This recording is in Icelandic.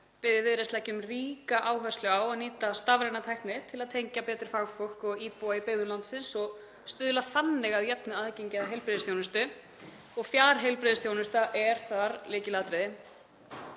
Viðreisn leggjum ríka áherslu á að nýta stafræna tækni til að tengja betur fagfólk og íbúa í byggðum landsins og stuðla þannig að jöfnu aðgengi að heilbrigðisþjónustu og fjarheilbrigðisþjónusta er þar lykilatriði.